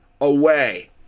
away